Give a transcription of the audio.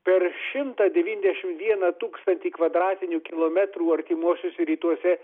per šimtą devyndešim vieną tūkstantį kvadratinių kilometrų artimuosiuose rytuose